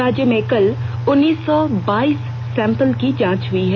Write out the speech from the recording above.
राज्य में कल उन्नीस सौ बाइस सैंपल की जांच हई है